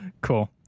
Cool